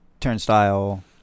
Turnstile